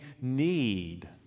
need